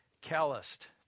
calloused